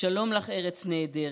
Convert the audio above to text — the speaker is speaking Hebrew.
"שלום לך, ארץ נהדרת,